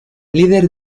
líder